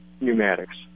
pneumatics